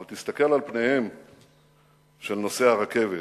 אבל תסתכל על פניהם של נוסעי הרכבת.